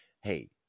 hey